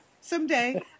someday